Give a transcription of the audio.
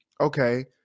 okay